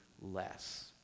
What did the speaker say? less